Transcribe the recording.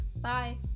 Bye